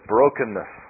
Brokenness